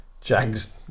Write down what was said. Jags